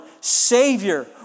savior